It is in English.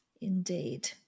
indeed